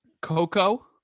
Coco